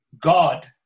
God